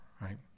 Right